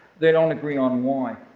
they don't agree on why.